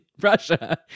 Russia